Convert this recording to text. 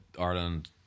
Ireland